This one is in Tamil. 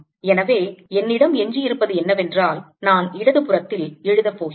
எனவே என்னிடம் எஞ்சியிருப்பது என்னவென்றால் நான் இடது புறத்தில் எழுதப்போகிறேன்